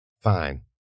Fine